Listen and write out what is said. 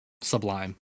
sublime